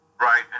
Right